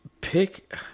Pick